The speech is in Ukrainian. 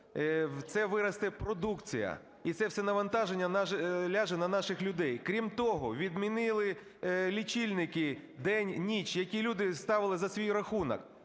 Це виросте продукція, і це все навантаження ляже на наших людей. Крім того, відмінили лічильники "день-ніч", які люди ставили за свій рахунок.